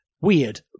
weird